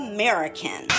American